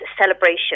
celebration